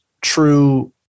true